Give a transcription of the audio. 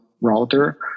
router